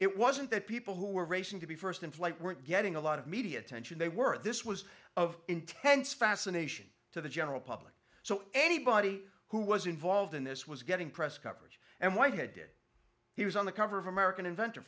it wasn't that people who were racing to be first in flight weren't getting a lot of media attention they were this was of intense fascination to the general public so anybody who was involved in this was getting press coverage and why did he was on the cover of american inventor